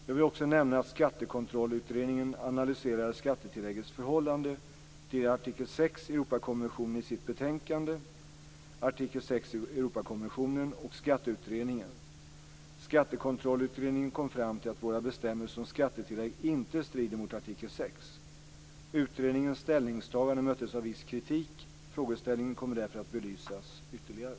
Jag vill också nämna att Skattekontrollutredningen analyserade skattetilläggets förhållande till artikel 1996:116). Skattekontrollutredningen kom fram till att våra bestämmelser om skattetillägg inte strider mot artikel 6. Utredningens ställningstagande möttes av viss kritik. Frågeställningen kommer därför att belysas ytterligare.